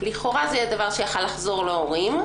לכאורה זה יכול היה לחזור להורים.